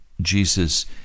Jesus